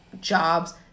jobs